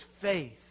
faith